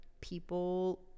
people